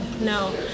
no